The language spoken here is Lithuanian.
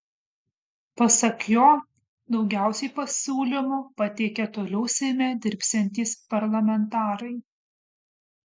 pasak jo daugiausiai pasiūlymų pateikė toliau seime dirbsiantys parlamentarai